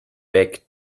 back